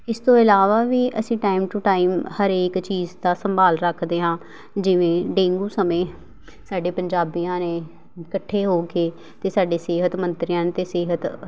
ਇਸ ਤੋਂ ਇਲਾਵਾ ਵੀ ਅਸੀਂ ਟਾਈਮ ਟੂ ਟਾਈਮ ਹਰੇਕ ਚੀਜ਼ ਦਾ ਸੰਭਾਲ ਰੱਖਦੇ ਹਾਂ ਜਿਵੇਂ ਡੇਂਗੂ ਸਮੇਂ ਸਾਡੇ ਪੰਜਾਬੀਆਂ ਨੇ ਇਕੱਠੇ ਹੋ ਕੇ ਅਤੇ ਸਾਡੇ ਸਿਹਤ ਮੰਤਰੀਆਂ ਨੂੰ ਅਤੇ ਸਿਹਤ